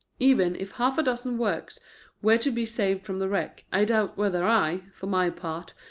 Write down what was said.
even if half a dozen works were to be saved from the wreck, i doubt whether i, for my part,